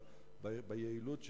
ביעילות,